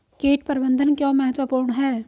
कीट प्रबंधन क्यों महत्वपूर्ण है?